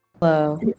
Hello